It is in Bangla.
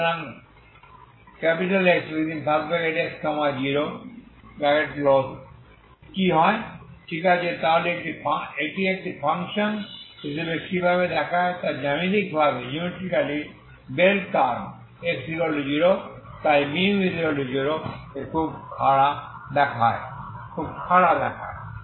সুতরাং Sx0 কি হয় ঠিক আছে তাহলে এটি একটি ফাংশন হিসাবে কিভাবে দেখায় তাই জ্যামিতিকভাবে বেল কার্ভ x0 তাই μ0এ খুব খাড়া দেখায়